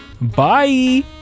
Bye